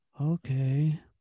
Okay